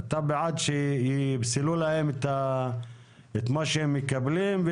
אתה בעד שיפסלו להם את מה שהם מקבלים.